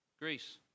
Greece